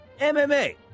MMA